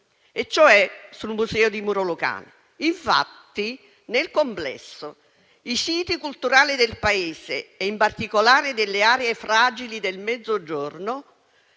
e cioè sul museo di Muro Lucano. Nel complesso, infatti, i siti culturali del Paese e in particolare delle aree fragili del Mezzogiorno